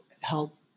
help